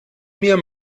mir